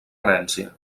herència